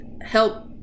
help